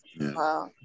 Wow